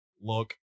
look